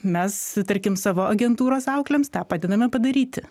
mes tarkim savo agentūros auklėms tą padedame padaryti